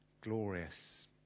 glorious